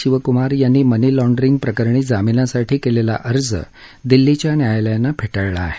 शिवकुमार यांनी मनीलाँडरिंग प्रकरणी जामीनसाठी केलेला अर्ज दिल्लीच्या न्यायालयानं फेटाळला आहे